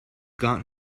got